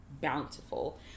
bountiful